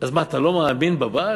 אז מה, אתה לא מאמין בבעל?